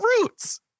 roots